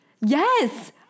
Yes